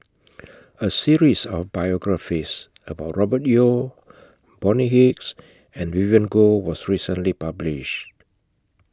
A series of biographies about Robert Yeo Bonny Hicks and Vivien Goh was recently published